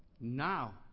now